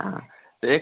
हाँ एक